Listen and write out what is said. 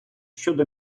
щодо